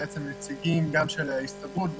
ובו נציגים של ההסתדרות,